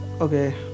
okay